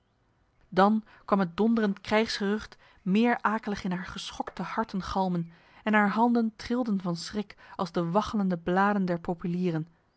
dan kwam het donderend krijgsgerucht meer akelig in haar geschokte harten galmen en haar handen trilden van schrik als de waggelende bladen der populieren